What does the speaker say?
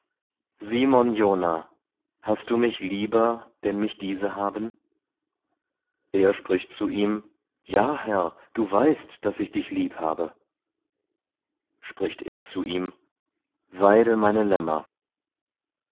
simon jona hast du mich lieber denn mich diese haben er spricht zu ihm ja herr du weißt daß ich dich liebhabe spricht er zu ihm weide meine lämmer